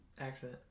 accent